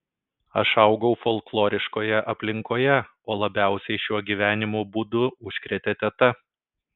aš augau folkloriškoje aplinkoje o labiausiai šiuo gyvenimo būdu užkrėtė teta